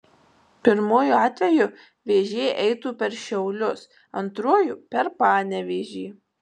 pirmuoju atveju vėžė eitų per šiaulius antruoju per panevėžį